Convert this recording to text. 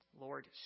Lord